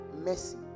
Mercy